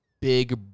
big